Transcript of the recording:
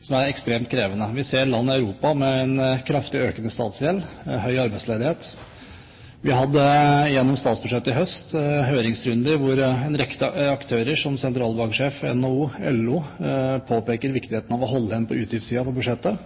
som er ekstremt krevende. Vi ser land i Europa med en kraftig økende statsgjeld og høy arbeidsledighet. Vi hadde i forbindelse med statsbudsjettet i høst en høringsrunde hvor en rekke aktører, som sentralbanksjefen, NHO og LO, påpeker viktigheten av å holde igjen på utgiftssiden på budsjettet.